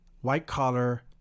white-collar